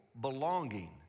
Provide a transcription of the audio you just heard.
belonging